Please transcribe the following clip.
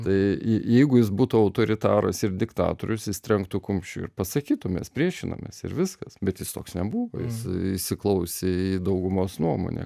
tai jeigu jis būtų autoritaras ir diktatorius jis trenktų kumščiu ir pasakytų mes priešinamės ir viskas bet jis toks nebuvo jis įsiklausė į daugumos nuomonę